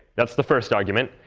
that's the first argument.